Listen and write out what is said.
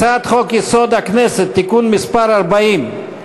הצעת חוק-יסוד: הכנסת (תיקון מס' 40)